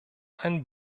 ein